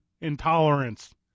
intolerance